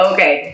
Okay